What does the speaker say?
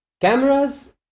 cameras